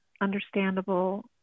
understandable